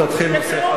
תודה.